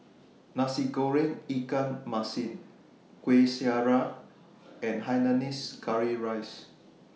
Nasi Goreng Ikan Masin Kueh Syara and Hainanese Curry Rice